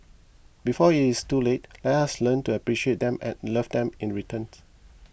before it's too late let us learn to appreciate them and love them in return